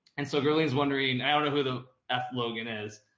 and so girly is wondering, i don't know who the f logan is.